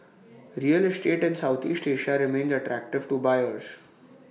real estate in Southeast Asia remains attractive to buyers